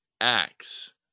acts